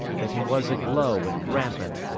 that it was aglow and rampant,